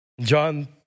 John